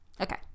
Okay